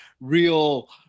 real